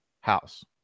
house